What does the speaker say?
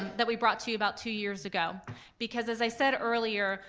that we brought to you about two years ago because, as i said earlier,